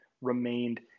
remained